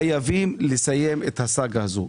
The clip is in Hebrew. חייבים לסיים את הסאגה הזו.